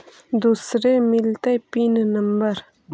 दुसरे मिलतै pin number?